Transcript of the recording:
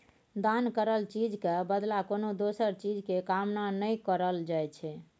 दान करल चीज के बदला कोनो दोसर चीज के कामना नइ करल जाइ छइ